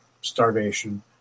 starvation